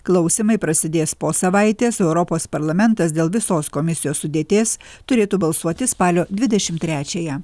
klausymai prasidės po savaitės europos parlamentas dėl visos komisijos sudėties turėtų balsuoti spalio dvidešimt trečiąją